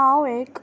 हांव एक